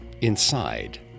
Inside